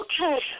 Okay